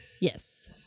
Yes